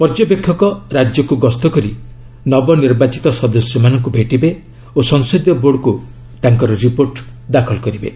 ପର୍ଯ୍ୟବେକ୍ଷକ ରାଜ୍ୟକୁ ଗସ୍ତ କରି ନବନିର୍ବାଚିତ ସଦସ୍ୟମାନଙ୍କୁ ଭେଟିବେ ଓ ସଂସଦୀୟ ବୋର୍ଡ଼କୁ ତାଙ୍କର ରିପୋର୍ଟ ଦାଖଲ କରିବେ